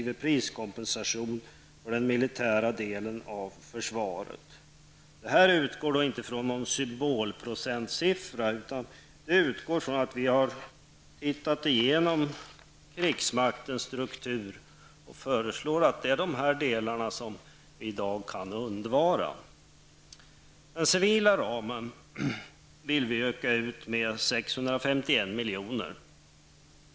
sive priskompensation för den militära delen av försvaret. Vi utgår då inte från något symboliskt procenttal. Vi har gått igenom krigsmaktens struktur och menar att det i dag går att undvara nämnda delar. Den civila ramen vill vi utöka med 651 miljoner.